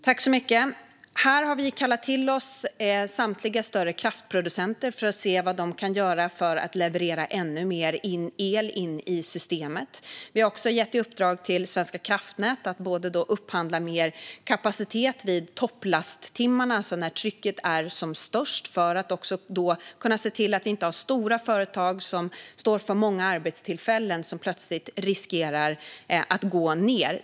Herr talman! Vi har kallat till oss samtliga större kraftproducenter för att se vad de kan göra för att leverera ännu mer el in i systemet. Vi har också gett i uppdrag till Svenska kraftnät att upphandla mer kapacitet vid topplasttimmarna, när trycket är som störst, för att kunna se till att stora företag som står för många arbetstillfällen inte plötsligt riskerar att gå ned.